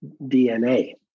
DNA